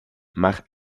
we—maar